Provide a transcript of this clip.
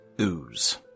ooze